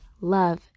love